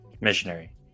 Missionary